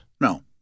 No